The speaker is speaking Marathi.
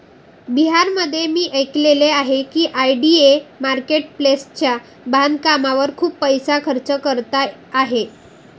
बिहारमध्ये मी ऐकले आहे की आय.डी.ए मार्केट प्लेसच्या बांधकामावर खूप पैसा खर्च करत आहे